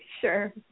Sure